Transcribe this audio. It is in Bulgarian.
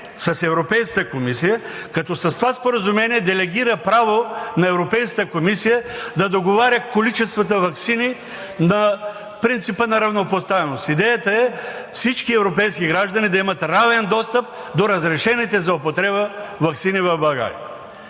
с Европейската комисия, като с това споразумение делегира право на Европейската комисия да договаря количествата ваксини на принципа на равнопоставеност. Идеята е всички европейски граждани да имат равен достъп до разрешените за употреба ваксини в България.